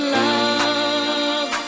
love